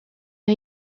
les